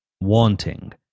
Wanting